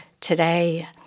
today